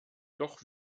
doch